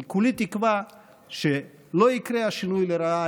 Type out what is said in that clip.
אני כולי תקווה שלא יקרה שינוי לרעה,